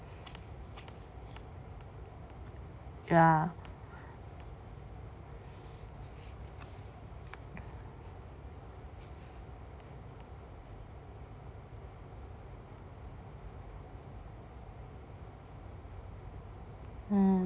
ya